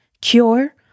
cure